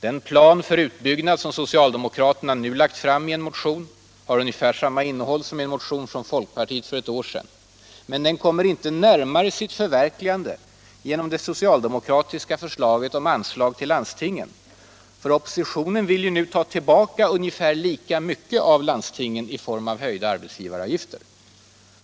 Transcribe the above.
Den plan för utbyggnad som socialdemokraterna nu lagt fram i en motion har ungefär samma innehåll som motsvarande plan hade i en motion från folkpartiet för ett år sedan. Planen kommer inte närmare sitt förverkligande genom det socialdemokratiska förslaget om anslag till landstingen. Oppositionen vill ju nu ta tillbaka ungefär lika mycket av landstingen i form av höjda arbetsgivaravgifter.